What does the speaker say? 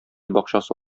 бакчасы